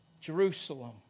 Jerusalem